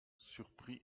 surpris